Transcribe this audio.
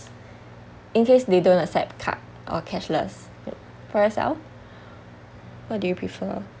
in case they don't accept card or cashless for yourself what do you prefer